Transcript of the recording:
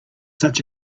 such